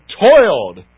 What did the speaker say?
toiled